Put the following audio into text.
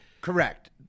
Correct